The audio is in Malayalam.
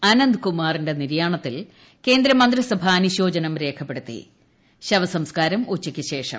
അനന്ദ് കുമാറിന്റെ ന് നിര്യാണത്തിൽ ക്യേന്ദ്രമന്ത്രിസഭ അനുശോചനം രേഖപ്പെടുത്തിശവസംസ്കാരം ഉച്ചയ്ക്ക് ശേഷം